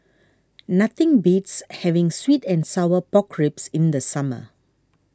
nothing beats having Sweet and Sour Pork Ribs in the summer